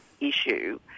issue